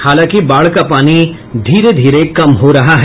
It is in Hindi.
हालांकि बाढ़ का पानी धीरे धीरे कम हो रहा है